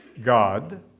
God